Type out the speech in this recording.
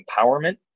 empowerment